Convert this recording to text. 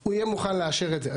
הוא יהיה מוכן לאשר את זה.